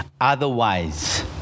otherwise